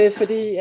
fordi